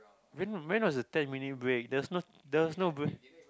when when was the ten minute break there's no there's no break